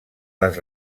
les